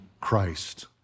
Christ